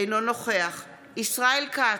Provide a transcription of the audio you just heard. אינו נוכח ישראל כץ,